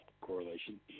correlation